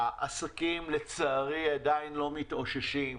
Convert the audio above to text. העסקים לצערי עדיין לא מתאוששים,